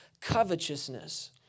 covetousness